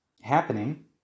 Happening